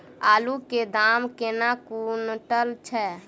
आलु केँ दाम केना कुनटल छैय?